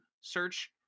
search